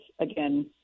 again